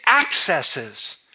accesses